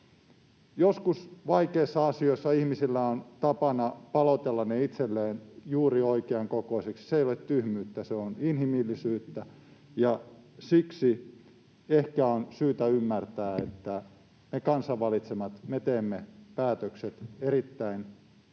Joskus vaikeissa asioissa ihmisillä on tapana paloitella ne itselleen juuri oikean kokoiseksi. Se ei ole tyhmyyttä, se on inhimillisyyttä. Siksi ehkä on syytä ymmärtää, että me kansan valitsemat, me teemme päätökset erittäin syvällisen